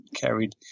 carried